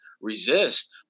resist